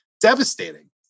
Devastating